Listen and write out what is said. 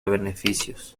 beneficios